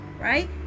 right